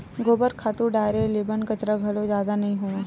गोबर खातू डारे ले बन कचरा घलो जादा नइ होवय